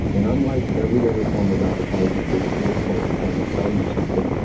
and unlike every other form of advertisement which looks like we're trying to sell you something,